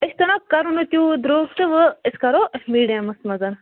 أسۍ تنہ کَرو نہٕ تیوٗت درٛوگ تہٕ وٕ أسۍ کَرو أسۍ کرو میٖڈیَمَس منٛز